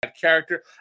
character